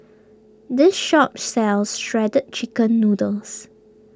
this shop sells Shredded Chicken Noodles